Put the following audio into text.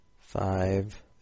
five